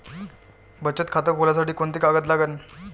बचत खात खोलासाठी कोंते कागद लागन?